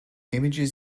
images